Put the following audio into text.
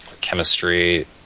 Chemistry